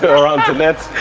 around the net?